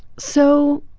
so